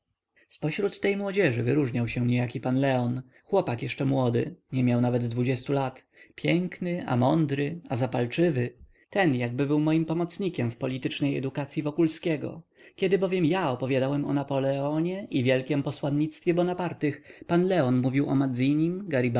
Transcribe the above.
zpośród tej młodzieży wyróżniał się niejaki pan leon chłopak jeszcze młody nie miał nawet dwudziestu lat piękny a mądry a zapalczywy ten jakby był moim pomocnikiem w politycznej edukacyi wokulskiego kiedy bowiem ja opowiadałem o napoleonie i wielkiem posłannictwie bonapartych pan leon mówił o mazinim garibaldim i im